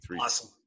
Awesome